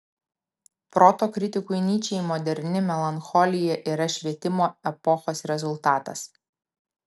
proto kritikui nyčei moderni melancholija yra švietimo epochos rezultatas